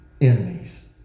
enemies